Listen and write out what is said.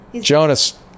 Jonas